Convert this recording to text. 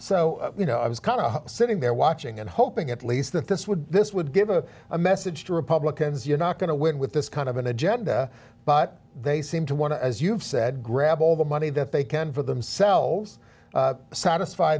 so you know i was kind of sitting there watching and hoping at least that this would this would give a a message to republicans you're not going to win with this kind of an agenda but they seem to want to as you've said grab all the money that they can for themselves satisfy